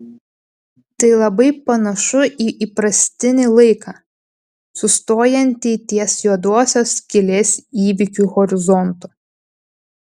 tai labai panašu į įprastinį laiką sustojantį ties juodosios skylės įvykių horizontu